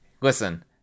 Listen